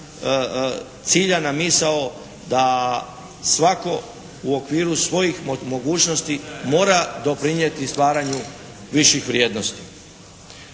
ciljana misao da svatko u okviru svojih mogućnosti mora doprinijeti stvaranju viših vrijednosti.